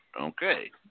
Okay